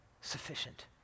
sufficient